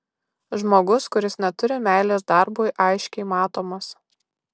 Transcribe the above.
žmogus kuris neturi meilės darbui aiškiai matomas